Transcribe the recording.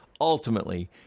Ultimately